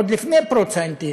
עוד לפני פרוץ השביתה.